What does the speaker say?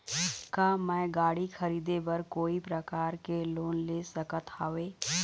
का मैं गाड़ी खरीदे बर कोई प्रकार के लोन ले सकत हावे?